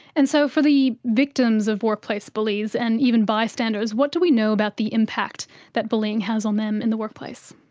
and so for the victims of workplace bullies and even bystanders, what do we know about the impact that bullying has on them in the workplace?